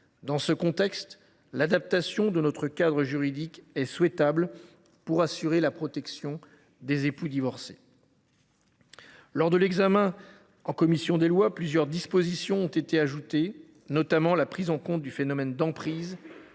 Dans ce contexte, l’adaptation de notre cadre juridique est souhaitable pour assurer la protection des époux divorcés. Lors de l’examen du texte par la commission des lois, plusieurs dispositions ont été ajoutées. Il s’agissait notamment de prendre en compte le phénomène d’emprise,